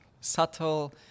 subtle